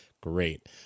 Great